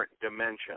dimension